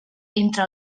entre